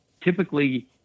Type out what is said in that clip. typically